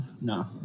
No